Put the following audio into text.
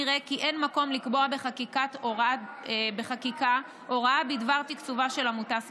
נראה כי אין מקום לקבוע בחקיקה הוראה בדבר תקצובה של עמותה ספציפית.